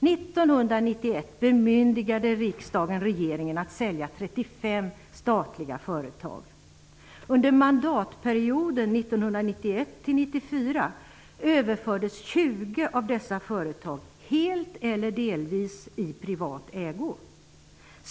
1991 bemyndigade riksdagen regeringen att sälja 35 statliga företag. Under mandatperioden 1991-1994 överfördes 20 av dessa företag helt eller delvis i privat ägo.